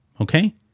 Okay